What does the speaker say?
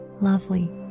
lovely